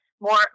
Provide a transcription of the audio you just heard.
more